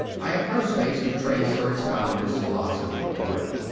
i have no space to trace or expound this philosophy of will.